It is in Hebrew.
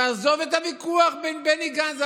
תעזוב את הוויכוח בין בני גנץ,